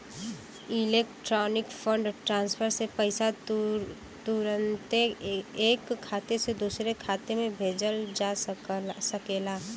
electronic fund transfer से पईसा तुरन्ते ऐक खाते से दुसरे खाते में भेजल जा सकेला